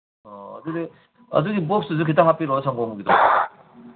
ꯑꯣ ꯑꯗꯨꯗꯤ ꯑꯗꯨꯒꯤ ꯕꯣꯛꯁꯇꯨꯁꯨ ꯈꯤꯇꯪ ꯍꯥꯞꯄꯤꯔꯛꯑꯣ ꯁꯪꯒꯣꯝꯒꯤꯗꯣ